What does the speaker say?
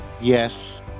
Yes